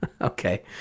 Okay